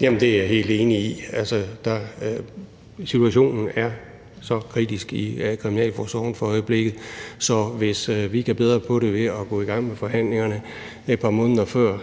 Det er jeg helt enig i. Situationen i kriminalforsorgen er for øjeblikket så kritisk, så hvis vi kan bedre den ved at gå i gang med forhandlingerne et par måneder før